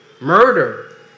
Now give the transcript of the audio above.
Murder